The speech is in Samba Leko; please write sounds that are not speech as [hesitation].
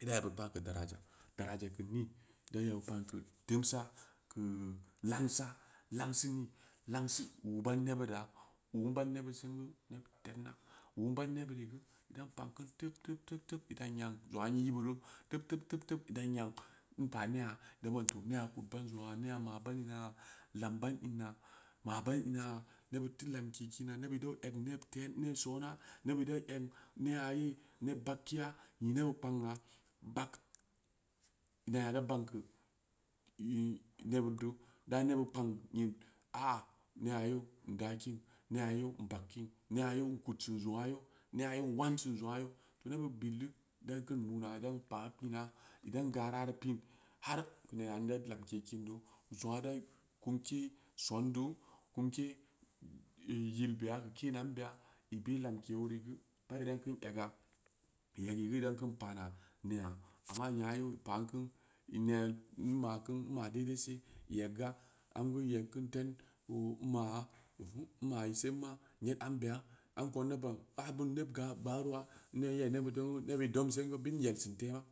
Ida yebud pan keu daraja daraja keu ni ida yebud pan ke temsa keu langsa langse i ni langsi uu ban nebudra u'u in ban nebud sen gen neb tednna wu in ban neburi geu in dangang keun tep-tep-tep-tep idan nyan zong aa in i beuru tep-tep-tep-tep idan nyan in pa ne'a ida ban tooh nea kud ban inaya ne'a ma ban lna'a lan ban inna ma ban ina'a nebud teu lamke kina nebud idan egn ne te ne sona nebud idau egn ne'a i neb bag keya nyi nebud kpang' aa bag [noise] ne'a da bagn keu [hesitation] nebud deu da nebud kpang nyi a-a ne'a yo in da kin ne'a yo in bag kin ne'a yo in kud sin zong'aa yen ne'a yo in wansin zong'aa yen teu nebud bilgen dai kin nuna daben paa pina har idan garari pin har keu nena inda bumke kin du zong'aa inda kumke son du. kumke [hesitation] yil beya keu keenani da i be lamke oni geu idan kin ega i egeii geu in dan kin pana keu neya amma nya yeu ee dan ku inai in ma ku in ma dai-dai se i eegga an geu in eg kin tan o in ma'a [hesitation] in ma'a inma in sen ma yed ambeya am kou inda ban abun in neb ga gbaaruwa ne nya'i nebud ting'uu gen nebud i dom sen geu bid in yel sin tema